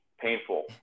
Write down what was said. painful